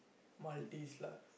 Maltese lah